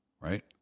right